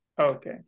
Okay